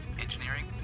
Engineering